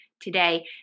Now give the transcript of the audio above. today